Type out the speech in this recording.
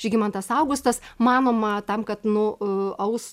žygimantas augustas manoma tam kad nu aus